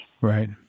Right